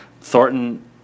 Thornton